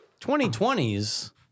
2020's